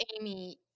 Amy